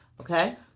okay